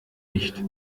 nicht